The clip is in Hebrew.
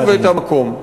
אותו ואת המקום.